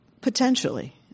potentially